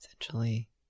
Essentially